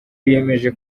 biyemeje